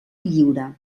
lliure